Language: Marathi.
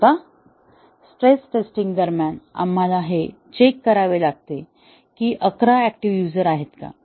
आता स्ट्रेस टेस्टिंग दरम्यान आम्हाला हे चेक करावे लागेल की अकरा ऍक्टिव्ह युझर आहेत का